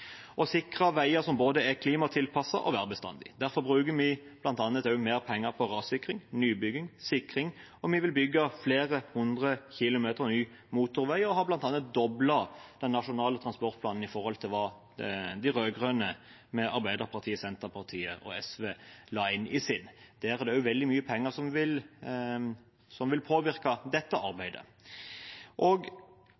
sikre veier som er både klimatilpassede og værbestandige. Derfor bruker vi bl.a. også mer penger på rassikring, nybygging og sikring. Vi vil bygge flere hundre kilometer ny motorvei og har bl.a. doblet den nasjonale transportplanen i forhold til hva de rød-grønne, med Arbeiderpartiet, Senterpartiet og SV, la inn. Der er det også veldig mye penger som vil påvirke dette arbeidet. Til slutt vil